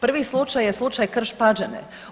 Prvi slučaj je slučaj Krš-Pađene.